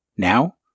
Now